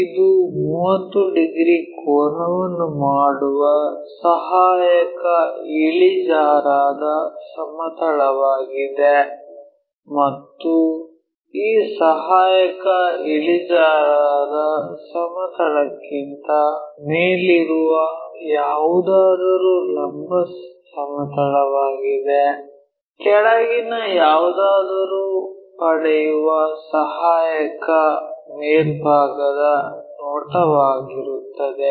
ಇದು 30 ಡಿಗ್ರಿ ಕೋನವನ್ನು ಮಾಡುವ ಸಹಾಯಕ ಇಳಿಜಾರಾದ ಸಮತಲವಾಗಿದೆ ಮತ್ತು ಈ ಸಹಾಯಕ ಇಳಿಜಾರಾದ ಸಮತಲಕ್ಕಿಂತ ಮೇಲಿರುವ ಯಾವುದಾದರೂ ಲಂಬ ಸಮತಲವಾಗಿದೆ ಕೆಳಗಿನ ಯಾವುದಾದರೂ ಪಡೆಯುವ ಸಹಾಯಕ ಮೇಲ್ಭಾಗದ ನೋಟವಾಗಿರುತ್ತದೆ